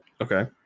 Okay